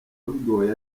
bigoye